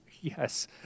Yes